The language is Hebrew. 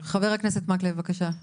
חבר הכנסת מקלב, בבקשה.